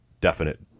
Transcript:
definite